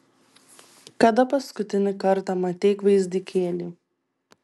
kada paskutinį kartą matei gvazdikėlį